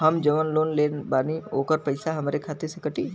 हम जवन लोन लेले बानी होकर पैसा हमरे खाते से कटी?